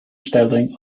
styling